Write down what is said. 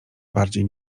bardziej